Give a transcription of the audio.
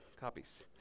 copies